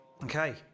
Okay